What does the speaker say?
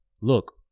look